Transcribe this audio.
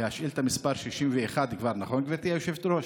ושאילתה 61, נכון, גברתי היושבת-ראש?